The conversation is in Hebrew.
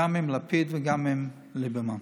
גם עם לפיד וגם עם ליברמן.